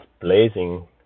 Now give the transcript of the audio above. blazing